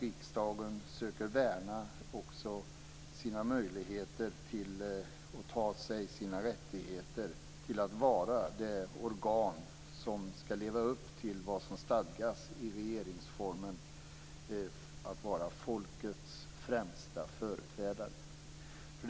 Riksdagen måste också söka värna sina möjligheter, och ta sig sina rättigheter, att vara det organ som skall leva upp till vad som stadgas i regeringsformen: att vara folkets främsta företrädare.